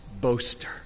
boaster